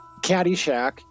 caddyshack